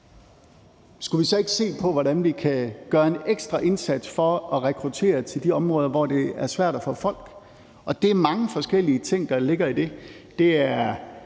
ikke skulle se på, hvordan vi kan gøre en ekstra indsats for at rekruttere folk til de områder, som det er svært at få folk til. Det er mange forskellige ting, der ligger i det.